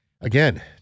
again